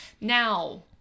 Now